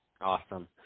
Awesome